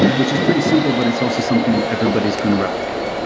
which is pretty simple, but it's also something that everybody's going to replicate.